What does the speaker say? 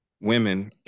women